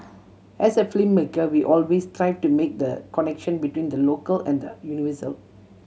as a filmmaker we always strive to make the connection between the local and the universal